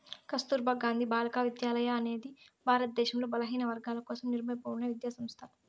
కస్తుర్బా గాంధీ బాలికా విద్యాలయ అనేది భారతదేశంలో బలహీనవర్గాల కోసం నిర్మింపబడిన విద్యా సంస్థ